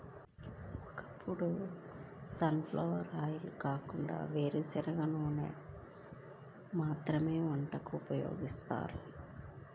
ఒకప్పుడు sunflower oil కాకుండా వేరుశనగ, నువ్వుల నూనెను మాత్రమే వంటకు ఉపయోగించేవారు